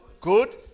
good